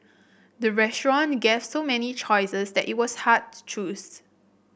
the restaurant gave so many choices that it was hard to choose